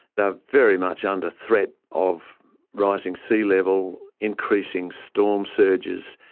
they are very much under threat of rising sea level, increasing storm surges.